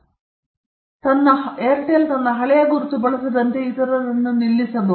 ಹೌದು ಮತ್ತು ಏರ್ಟೆಲ್ ತನ್ನ ಹಳೆಯ ಗುರುತು ಬಳಸದಂತೆ ಇತರರನ್ನು ನಿಲ್ಲಿಸಬಹುದು